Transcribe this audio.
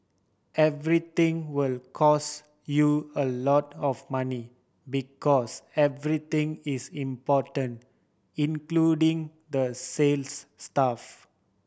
everything will cost you a lot of money because everything is important including the sales staff